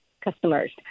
customers